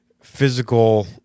physical